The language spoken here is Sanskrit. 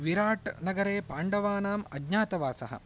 विराटनगरे पाण्डवानाम् अज्ञातवासः